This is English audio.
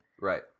Right